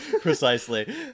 Precisely